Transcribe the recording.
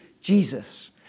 Jesus